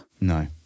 no